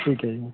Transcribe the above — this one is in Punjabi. ਠੀਕ ਹੈ ਜੀ